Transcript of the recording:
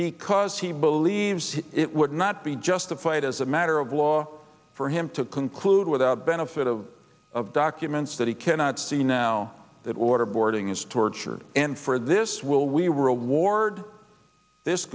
because he believes it would not be justified as a matter of law for him to conclude without benefit of of documents that he cannot see now that waterboarding is torture and for this will we reward this